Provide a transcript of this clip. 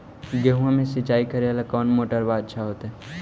गेहुआ के सिंचाई करेला कौन मोटरबा अच्छा होतई?